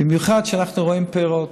במיוחד כשאנחנו רואים פירות,